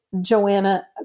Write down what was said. Joanna